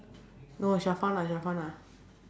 no